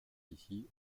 ici